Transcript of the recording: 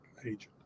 agent